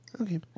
okay